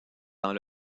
dans